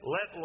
Let